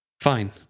Fine